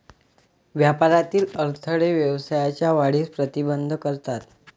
व्यापारातील अडथळे व्यवसायाच्या वाढीस प्रतिबंध करतात